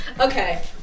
okay